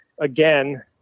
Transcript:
again